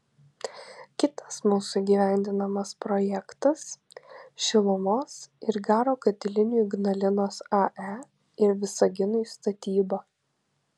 kitas mūsų įgyvendinamas projektas šilumos ir garo katilinių ignalinos ae ir visaginui statyba